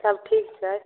सब ठीक छै